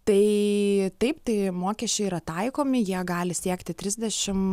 tai taip tai mokesčiai yra taikomi jie gali siekti trisdešim